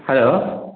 hello